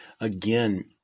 again